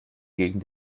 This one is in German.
gegen